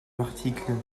l’article